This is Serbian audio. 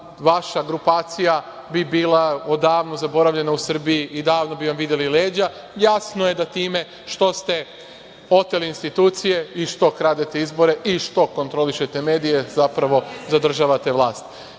vaša grupacija bi bila odavno zaboravljena u Srbiji i davno bi joj videli leđa. Jasno je da time što ste oteli institucije i što kradete izbore i što kontrolišete medije, zapravo zadržavate vlast. Ipak,